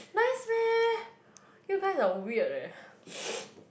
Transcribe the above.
nice meh you guys are weird leh